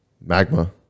magma